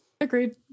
Agreed